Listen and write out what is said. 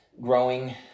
growing